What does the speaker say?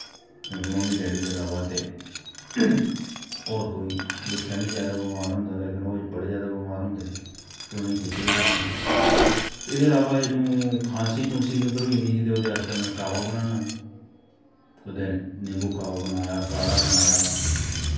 mummy daddy दे इलावा दे होर कोई दिक्खेआ नी जादा बिमार होंदा ते लेकिन ओह् बड़े जादा बमार होंदे न ते उनें गी खिचड़ी खलांदा हा एह्दे इलाव जदूं खांसी खूंसी बी होई जंदी ही ते ओह्दे आस्तै में काह्वा बनाना कुदै निम्बू काह्वा बनाया काह्ड़ा बनाया